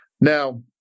Now